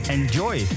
Enjoy